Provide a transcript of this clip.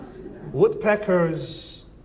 Woodpeckers